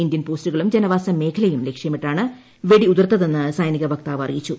Indian പോസ്റ്റുകളും ജനവാസ മേഖലയും ലക്ഷ്യമിട്ടാണ് വെടിയുതിർത്തതെന്ന് സൈനിക വക്താവ് അറിയിച്ചു